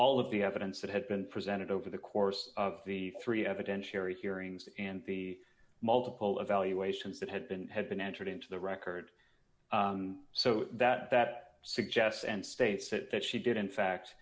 all of the evidence that had been presented over the course of the three evidentiary hearings and the multiple evaluations that had been had been entered into the record so that that suggests and states that she did in fact